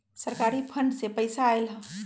सरकारी फंड से पईसा आयल ह?